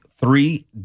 Three